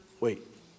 Wait